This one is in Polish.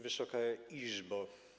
Wysoka Izbo!